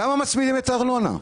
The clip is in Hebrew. למה מצמידים את הארנונה?